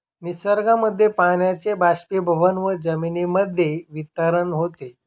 निसर्गामध्ये पाण्याचे बाष्पीभवन व जमिनीमध्ये वितरण होते